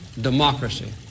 democracy